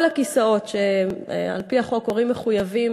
כל הכיסאות שעל-פי החוק הורים מחויבים